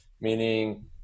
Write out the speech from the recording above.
Meaning